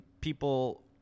people